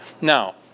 Now